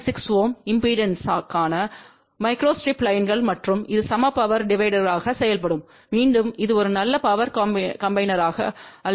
6 Ω இம்பெடன்ஸ்க்கான மைக்ரோஸ்ட்ரிப் லைன்கள் மற்றும் இது சம பவர் டிவைடர்யாக செயல்படும் மீண்டும் இது ஒரு நல்ல பவர் கம்பினேர்பான் அல்ல